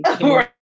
Right